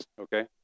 okay